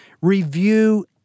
Review